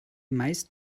meist